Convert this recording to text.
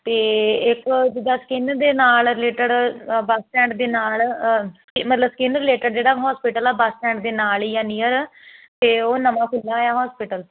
ਤੇ ਇੱਕ ਜਿੱਦਾਂ ਸਕਿਨ ਦੇ ਨਾਲ ਰਿਲੇਟਡ ਬੱਸ ਸਟੈਂਡ ਦੇ ਨਾਲ ਮਤਲਬ ਸਕਿਨ ਰਿਲੇਟਡ ਜਿਹੜਾ ਹੋਸਪੀਟਲ ਆ ਬੱਸ ਸਟੈਂਡ ਦੇ ਨਾਲ ਹੀ ਜਾਂ ਨੀਅਰ ਤੇ ਉਹ ਨਵਾਂ ਖੁੱਲਿਆ ਹੋਇਆ ਹੋਸਪਿਟਲ